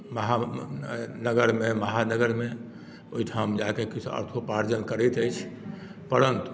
महा नगरमे महानगरमे ओहिठाम जाके किछु अर्थोपार्जन करैत अछि परन्तु